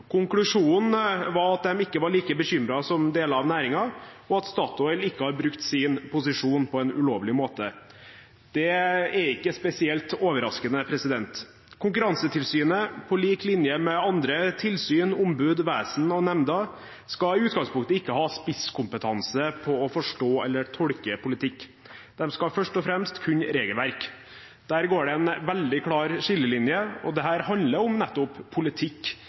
Konklusjonen var at de ikke var like bekymret som deler av næringen, og at Statoil ikke har brukt sin posisjon på en ulovlig måte. Det er ikke spesielt overraskende. Konkurransetilsynet, på lik linje med andre tilsyn, ombud, vesen og nemnder, skal i utgangspunktet ikke ha spisskompetanse på å forstå eller tolke politikk. De skal først og fremst kunne regelverk. Der går det en veldig klar skillelinje, og dette handler om nettopp politikk,